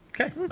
Okay